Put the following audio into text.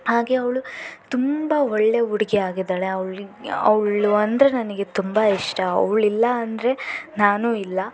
ಹಾಗೇ ಅವಳು ತುಂಬ ಒಳ್ಳೆಯ ಹುಡುಗಿ ಆಗಿದ್ದಾಳೆ ಅವಳಿಗೆ ಅವಳು ಅಂದರೆ ನನಗೆ ತುಂಬ ಇಷ್ಟ ಅವಳಿಲ್ಲ ಅಂದರೆ ನಾನೂ ಇಲ್ಲ